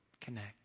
connect